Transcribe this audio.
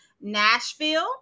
Nashville